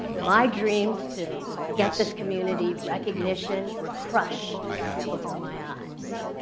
my dreams to get this community recognition were crushed right before my eyes.